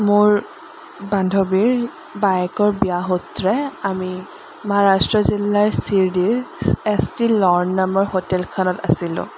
মোৰ বান্ধৱীৰ বায়কৰ বিয়া সূত্ৰে আমি মহাৰাষ্ট্ৰ জিলাৰ চিৰিডিৰ এছ টি লৰ্ড নামৰ হোটেলখনত আছিলোঁ